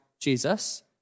Jesus